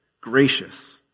gracious